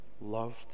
Loved